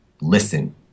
listen